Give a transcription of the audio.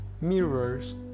mirrors